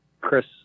Chris